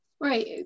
right